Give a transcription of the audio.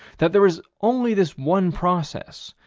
that there is only this one process,